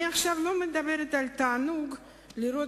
אני עכשיו לא מדברת על התענוג לראות